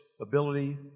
ability